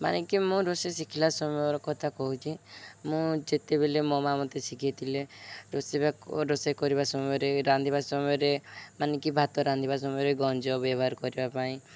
ମାନେ କି ମୁଁ ରୋଷେଇ ଶିଖିଲା ସମୟର କଥା କହୁଛି ମୁଁ ଯେତେବେଳେ ମୋ ମାଆ ମୋତେ ଶିଖାଇ ଥିଲେ ରୋଷେଇବାକୁ ରୋଷେଇ କରିବା ସମୟରେ ରାନ୍ଧିବା ସମୟରେ ମାନେ କି ଭାତ ରାନ୍ଧିବା ସମୟରେ ଗଞ୍ଜ ବ୍ୟବହାର କରିବା ପାଇଁ